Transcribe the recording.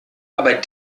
aber